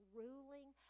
ruling